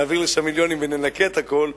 נעביר לשם מיליונים וננקה את הכול.